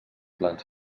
plans